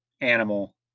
animal